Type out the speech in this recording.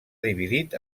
dividit